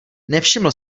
nevšiml